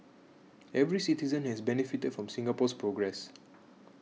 every citizen has benefited from Singapore's progress